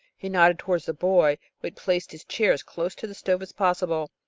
he nodded toward the boy, who had placed his chair as close to the stove as possible.